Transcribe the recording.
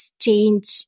change